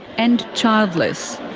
and childless.